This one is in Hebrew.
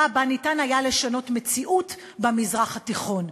שבה ניתן היה לשנות מציאות במזרח התיכון,